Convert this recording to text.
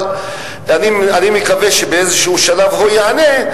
אבל אני מקווה שבאיזשהו שלב הוא יענה,